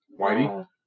Whitey